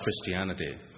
Christianity